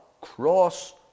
cross